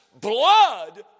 blood